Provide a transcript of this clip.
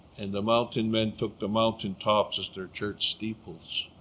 and the mountain men took the mountain tops as their church steeples